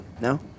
No